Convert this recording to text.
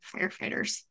firefighters